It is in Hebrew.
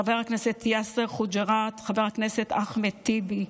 חבר הכנסת יאסר חוג'יראת, חבר הכנסת אחמד טיבי,